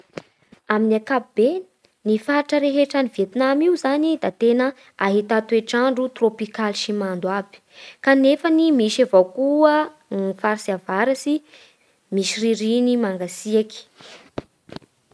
amin'ny ankapobeny ny faritsy rehetra any Vietnam io zany da tena ahità toetr'andro trôpikaly sy mando aby. Kanefany misy avao koa ny faritsy avaratsy misy ririny mangatsiaky.